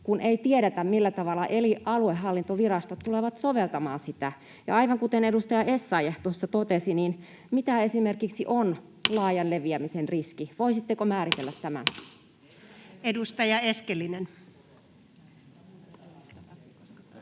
kun ei tiedetä, millä tavalla eri aluehallintovirastot tulevat soveltamaan sitä. Ja aivan kuten edustaja Essayah tuossa totesi: Mitä esimerkiksi on laajan leviämisen riski? Voisitteko määritellä tämän? Edustaja Eskelinen. Arvoisa